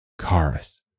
Karis